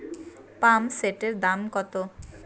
পাম্পসেটের দাম কত?